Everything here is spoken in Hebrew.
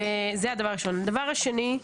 דבר שני,